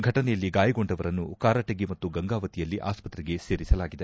ಫಟನೆಯಲ್ಲಿ ಗಾಯಗೊಂಡವರನ್ನು ಕಾರಟಗಿ ಮತ್ತು ಗಂಗಾವತಿಯಲ್ಲಿ ಆಸ್ತತೆಗೆ ಸೇರಿಸಲಾಗಿದೆ